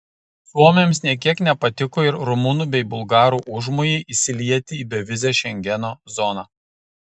suomiams nė kiek nepatiko ir rumunų bei bulgarų užmojai įsilieti į bevizę šengeno zoną